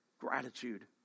Gratitude